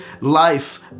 life